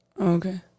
okay